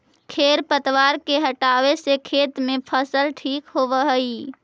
खेर पतवार के हटावे से खेत में फसल ठीक होबऽ हई